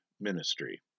Ministry